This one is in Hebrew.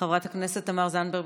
חברת הכנסת תמר זנדברג,